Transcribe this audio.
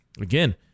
again